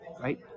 right